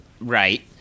right